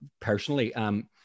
personally